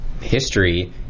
history